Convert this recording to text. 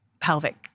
pelvic